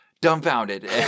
dumbfounded